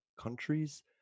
countries